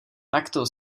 takto